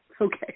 Okay